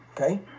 Okay